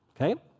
Okay